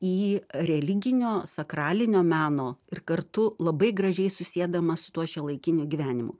į religinio sakralinio meno ir kartu labai gražiai susiedamas su tuo šiuolaikiniu gyvenimu